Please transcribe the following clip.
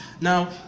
Now